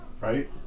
right